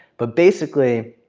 but basically,